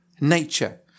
nature